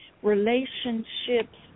relationships